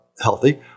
healthy